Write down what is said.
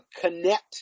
connect